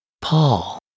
Paul